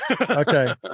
okay